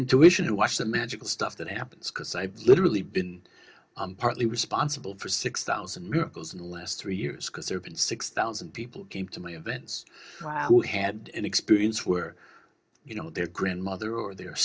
intuition to watch that magical stuff that happens because i've literally been partly responsible for six thousand miracles in the last three years because there are six thousand people came to my events who had an experience where you know their grandmother or their